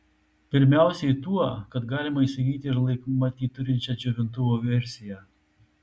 pirmiausiai tuo kad galima įsigyti ir laikmatį turinčią džiovintuvo versiją